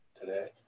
today